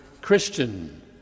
Christian